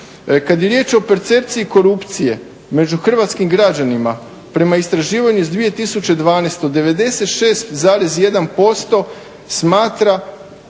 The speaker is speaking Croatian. Kad je riječ o percepciji korupcije među hrvatskim građanima, prema istraživanju iz 2012., 96,1% smatra